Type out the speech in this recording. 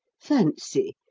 fancy!